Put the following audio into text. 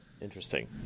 Interesting